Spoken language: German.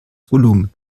volumen